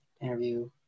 interview